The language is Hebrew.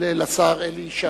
לשר אלי ישי.